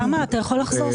אתה יכול לחזור?